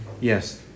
Yes